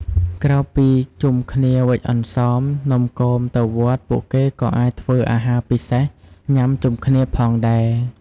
ក្រៅពីជុំគ្នាវេចអន្សម នំគម ទៅវត្ត ពួកគេក៏អាចធ្វើអាហារពិសេសញុំាជុំគ្នាផងដែរ។